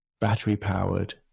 battery-powered